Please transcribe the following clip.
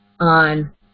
on